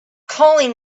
calling